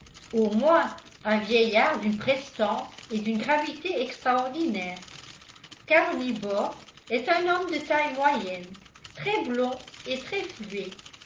au moins un vieillard d'une prestance et d'une gravité extraordinaire karl nibor est un homme de taille moyenne très blond et très fluet